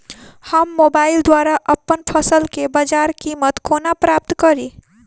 हम मोबाइल द्वारा अप्पन फसल केँ बजार कीमत कोना प्राप्त कड़ी?